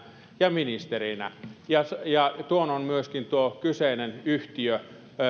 ja ministerinä sen on tuo kyseinen yhtiö myöskin